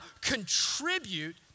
contribute